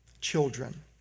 children